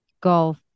golf